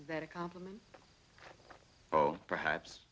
that a compliment oh perhaps